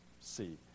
see